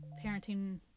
parenting